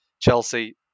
Chelsea